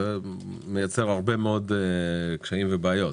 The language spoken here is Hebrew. זה מייצר הרבה מאוד קשיים ובעיות,